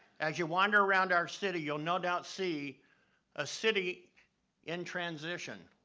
as you wander around our city, you'll no doubt see a city in transition,